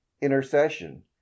intercession